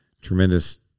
tremendous